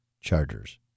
Chargers